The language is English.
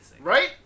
Right